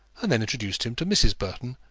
and then introduced him to mrs. burton,